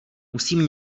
musím